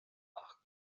ach